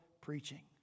preaching